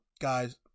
guys